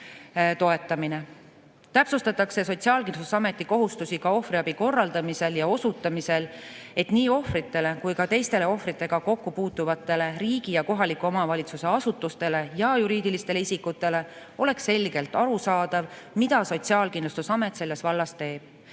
Täpsustatakse Sotsiaalkindlustusameti kohustusi ka ohvriabi korraldamisel ja osutamisel, et nii ohvritele kui ka teistele ohvritega kokku puutuvatele riigi ja kohaliku omavalitsuse asutustele ja juriidilistele isikutele oleks selgelt arusaadav, mida Sotsiaalkindlustusamet selles vallas teeb.